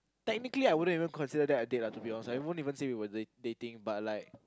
technically I wouldn't even consider that a date lah to be honest I wouldn't even say we were date dating but like